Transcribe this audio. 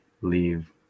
leave